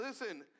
Listen